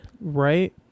Right